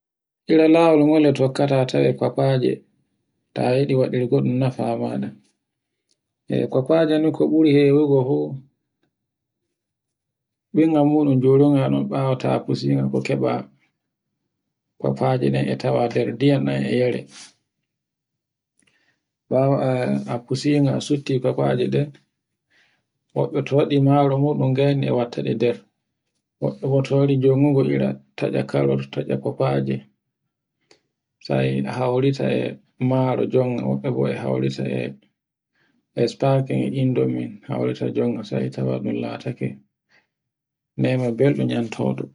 Ira lawon gol tokkata tawe kofaje. Ta yiɗi waɗurgo ɗum nafa maɗa. E kofaje ni ko ɓuri hewugo fu ɓinga muɗum joroga ɗun bawo ta ɓusinga ko keɓa kofaje ɗen e tawa nder ndiyam ɗan e yare. Bawo a fusiga a sutti kofaje ɗen, woɓɓe to waɗi maro muɗun gayne e wattago nder. woɓɓe to wari jonugo ira tacca karos, tacca kofaje sai haurita e maro jonga. woɓɓe bo e haurita e esfafen indomie haurita jonga sai tawa ɗun latake neyma belɗum nyanto